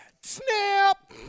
Snap